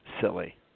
silly